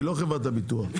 היא אלא חברת הביטוח.